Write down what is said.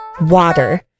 Water